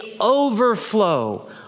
overflow